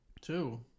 Two